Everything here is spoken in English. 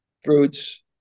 fruits